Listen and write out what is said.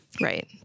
right